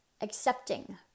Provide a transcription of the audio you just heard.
accepting